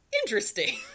interesting